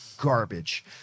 garbage